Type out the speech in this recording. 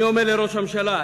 אני אומר לראש הממשלה,